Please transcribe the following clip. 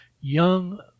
Young